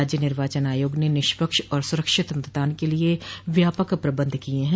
राज्य निर्वाचन आयोग ने निष्पक्ष और सुरक्षित मतदान के लिये व्यापक प्रबंध किये हैं